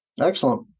Excellent